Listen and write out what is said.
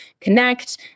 connect